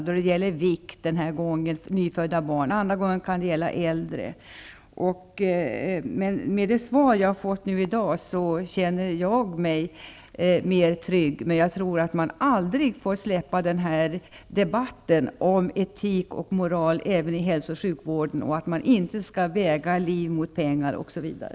Den här gången gällde det vikt hos nyfödda barn, andra gånger kan det gälla äldre. Med det svar jag har fått nu i dag känner jag mig mer trygg. Men man får aldrig släppa denna debatt om etik och moral även i hälsooch sjukvården. Man skall inte väga liv mot pengar.